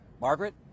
Margaret